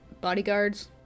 bodyguards